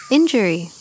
Injury